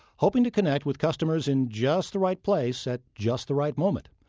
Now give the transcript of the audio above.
hoping to connect with customers in just the right place at just the right moment.